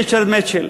ריצ'רד מיטשל,